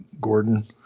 Gordon